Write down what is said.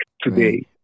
today